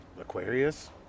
Aquarius